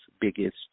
biggest